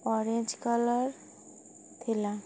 orange colour ଥିଲା